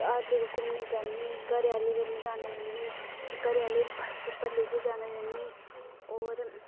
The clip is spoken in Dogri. हर जगह घूमने गी जन्नीं घरे आहलें कन्नै जन्नीं घरे आहलें गी बाइक उप्पर लेई जन्नीं और